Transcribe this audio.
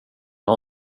har